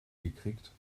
gekriegt